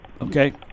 Okay